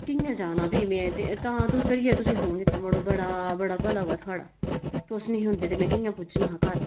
कि'यां जाना फ्ही में तां करियै में तुसेंगी फोन कीता मडो बड़ा बड़ा भला होऐ थुआढ़ा तुस नेईं है हुंदे ते में कि'यां पुजना हा घर